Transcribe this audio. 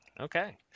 Okay